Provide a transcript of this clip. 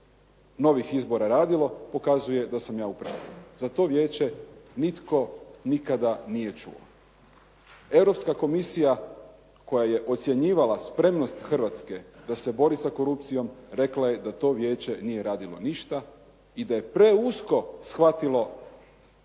novih izbora radilo pokazuje da sam ja u pravu. Za to vijeće nitko nikada nije čuo. Europska komisija koja je ocjenjivala spremnost Hrvatske da se bori sa korupcijom rekla je da to vijeće nije radilo ništa i da je preusko shvatilo